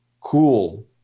cool